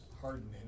hardened